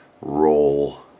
roll